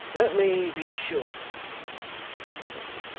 let me be sure said mr haredale,